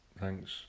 thanks